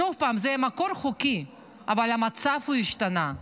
שוב פעם, זה מקור חוקי, אבל המצב השתנה.